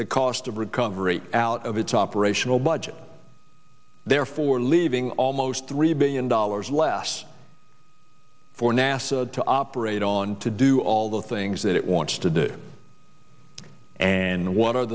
the cost of recovery out of its operational budget therefore leaving almost three billion dollars less for nasa to operate on to do all the things that it wants to do and